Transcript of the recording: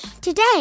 today